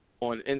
on